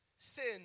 sin